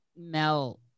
Mel